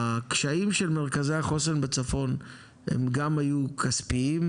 הקשיים של מרכזי החוסן בצפון הם גם היו כספיים,